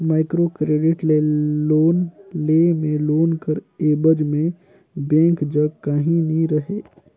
micro credit ले loan लेय में लोन कर एबज में बेंक जग काहीं नी रहें